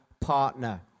partner